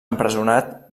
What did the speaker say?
empresonat